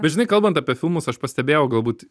bet žinai kalbant apie filmus aš pastebėjau galbūt